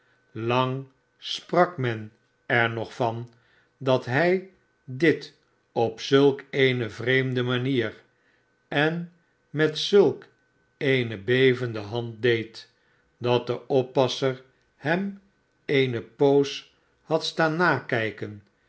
lang sprak men er nog van dat hij dit op zulk eene vreemde manier en met zulk eene bevende hand deed dat de oppasser hem eene poos had staan nakijken